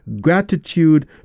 gratitude